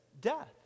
death